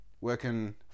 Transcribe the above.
working